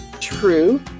True